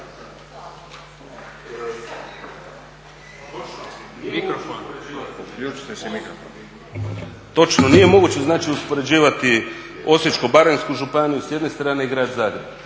Točno, nije moguće znači uspoređivati Osječko-baranjsku županiju s jedne strane i Grad Zagreb.